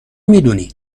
میدونی